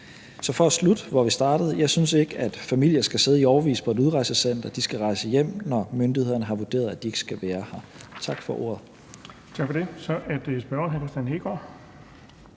Så for at slutte, hvor vi startede, vil jeg sige, at jeg ikke synes, at familier skal sidde i årevis på et udrejsecenter. De skal rejse hjem, når myndighederne har vurderet, at de ikke skal være her. Tak for ordet. Kl. 16:03 Den fg.